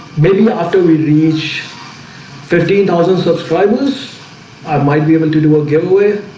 maybe after we reach thirteen thousand subscribers i might be able to do a giveaway.